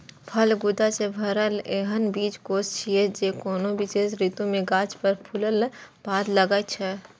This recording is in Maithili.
फल गूदा सं भरल एहन बीजकोष छियै, जे कोनो विशेष ऋतु मे गाछ पर फूलक बाद लागै छै